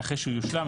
אחרי שהוא יושלם,